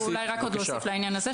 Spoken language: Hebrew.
אולי רק עוד להוסיף לעניין הזה,